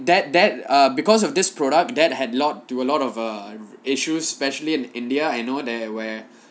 that that ah because of this product that had lot to a lot of err issues especially in india I know there where